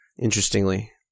Interestingly